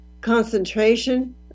concentration